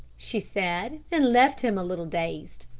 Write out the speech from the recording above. she said and left him a little dazed.